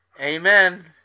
Amen